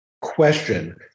Question